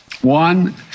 One